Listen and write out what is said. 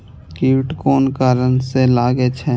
कीट कोन कारण से लागे छै?